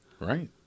Right